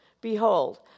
Behold